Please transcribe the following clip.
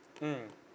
mmhmm